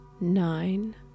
Nine